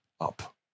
up